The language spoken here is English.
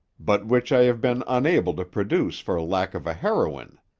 but which i have been unable to produce for lack of a heroine.